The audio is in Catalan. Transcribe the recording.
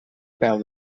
peu